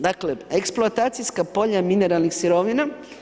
Dakle, eksploatacijska polja mineralnih sirovina.